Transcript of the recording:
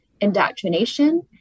indoctrination